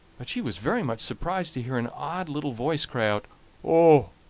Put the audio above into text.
but she was very much surprised to hear an odd little voice cry out oh!